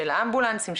של אמבולנסים,